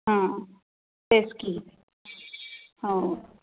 हां तेच की हो